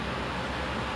cuma just